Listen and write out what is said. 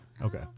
Okay